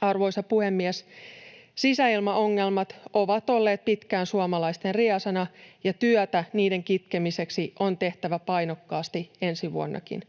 Arvoisa puhemies! Sisäilmaongelmat ovat olleet pitkään suomalaisten riesana, ja työtä niiden kitkemiseksi on tehtävä painokkaasti ensi vuonnakin.